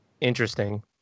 interesting